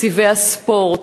תקציבי הספורט,